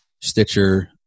stitcher